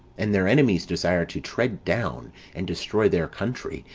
and their enemies desired to tread down and destroy their country,